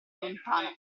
lontano